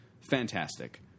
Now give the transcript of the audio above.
Fantastic